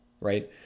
right